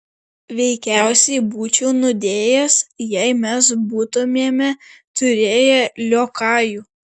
veikiausiai būčiau nudėjęs jei mes būtumėme turėję liokajų